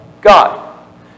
God